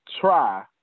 try